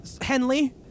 Henley